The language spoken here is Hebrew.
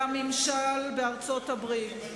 לממשל בארצות-הברית.